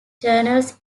journals